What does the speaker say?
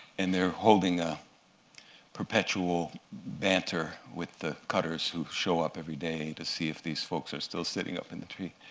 and they're holding a perpetual banter with the cutters, who show up every day to see if these folks are still sitting up in the tree.